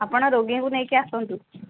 ଆପଣ ରୋଗୀଙ୍କୁ ନେଇକି ଆସନ୍ତୁ